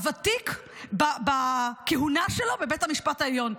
הוותיק בכהונה שלו בבית המשפט העליון.